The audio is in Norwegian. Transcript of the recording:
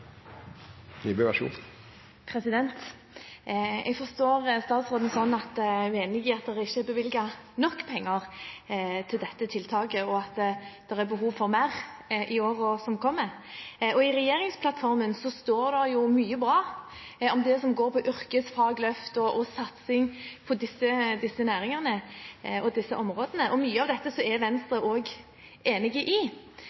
i at det ikke er bevilget nok penger til dette tiltaket, og at det er behov for mer i årene som kommer. I regjeringsplattformen står det mye bra om det som angår yrkesfagløft og satsing på disse næringene og disse områdene, og mye av dette er Venstre også enig i.